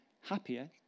happier